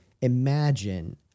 imagine